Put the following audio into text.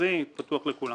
מכרזי פתוח לכולם.